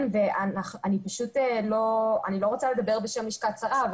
אני לא רוצה לדבר בשם לשכת השרה,